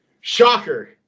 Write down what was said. Shocker